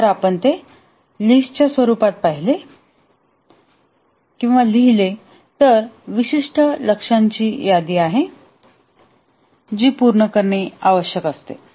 जर आपण ते लिस्टच्या स्वरूपात लिहिले तर ही विशिष्ट लक्ष्यांची यादी आहे जी पूर्ण करणे आवश्यक आहे